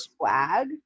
swag